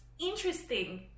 interesting